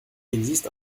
existe